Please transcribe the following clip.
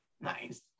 Nice